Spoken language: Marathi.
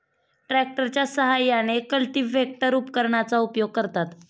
ट्रॅक्टरच्या साहाय्याने कल्टिव्हेटर उपकरणाचा उपयोग करतात